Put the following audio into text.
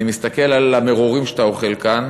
אני מסתכל על המרורים שאתה אוכל כאן